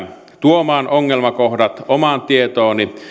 tuomaan ongelmakohdat omaan tietooni